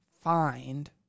find